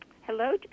Hello